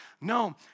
No